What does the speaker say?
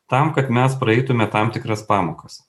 tam kad mes praeitume tam tikras pamokas